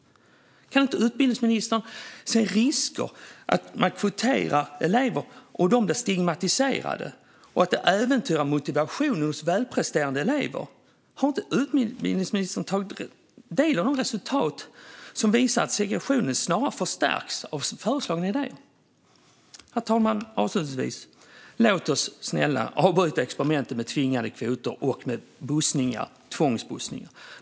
Kan inte utbildningsministern se risker med att kvotera elever? De blir stigmatiserade, och det äventyrar motivationen hos välpresterande elever. Har inte utbildningsministern tagit del av de resultat som visar att segregationen snarare förstärks av förslagen? Herr talman! Snälla! Låt oss avbryta experimentet med tvingande kvoter och tvångsbussning.